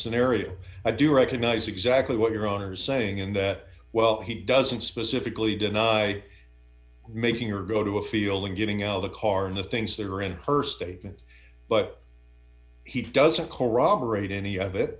scenario i do recognise exactly what your own are saying in that well he doesn't specifically deny making her go to a field and getting out of the car and the things that are in her statement but he doesn't